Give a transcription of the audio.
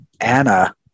Anna